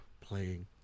playing